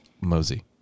Mosey